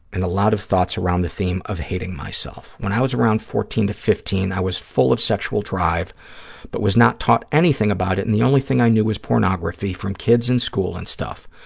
and a lot of thoughts around the theme of hating myself. when i was around fourteen to fifteen, i was full of sexual drive but was not taught anything about it and the only thing i knew was pornography from kids in school and stuff.